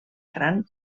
gran